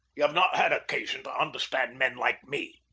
ye've not had occasion to understand men like me.